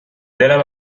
دلم